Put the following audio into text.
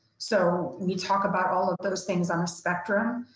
so we talk about all of those things on a spectrum.